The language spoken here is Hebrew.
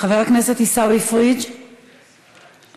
חבר הכנסת עיסאווי פריג', בבקשה.